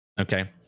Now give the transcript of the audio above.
okay